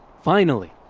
finally!